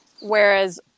whereas